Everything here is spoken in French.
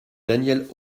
danielle